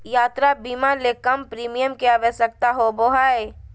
यात्रा बीमा ले कम प्रीमियम के आवश्यकता होबो हइ